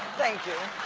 thank you.